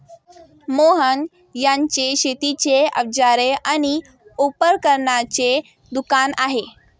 मोहन यांचे शेतीची अवजारे आणि उपकरणांचे दुकान आहे